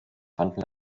fanden